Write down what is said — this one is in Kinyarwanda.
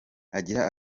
agira